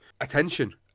attention